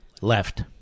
left